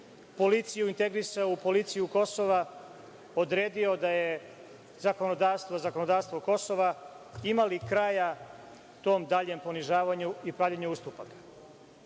policiju integrisao u policiju Kosova, odredio da je zakonodavstvo zakonodavstvo Kosova, ima li kraja tom daljem ponižavanju i pravljenju ustupaka? Ovo